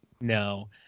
No